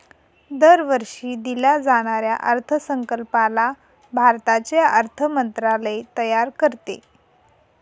दरवर्षी दिल्या जाणाऱ्या अर्थसंकल्पाला भारताचे अर्थ मंत्रालय तयार करते